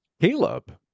Caleb